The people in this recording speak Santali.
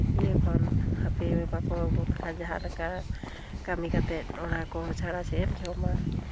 ᱤᱭᱟᱹ ᱠᱷᱚᱱ ᱦᱟᱯᱮ ᱵᱟᱠᱚ ᱟᱹᱜᱩ ᱞᱮᱠᱷᱟᱱ ᱡᱟᱦᱟᱸ ᱞᱮᱠᱟ ᱠᱟᱹᱢᱤ ᱠᱟᱛᱮᱫ ᱚᱱᱟ ᱠᱚ ᱪᱷᱟᱲᱟ ᱪᱮᱫ ᱮᱢ ᱡᱚᱢᱟ